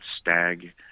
Stag